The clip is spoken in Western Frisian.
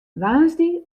woansdei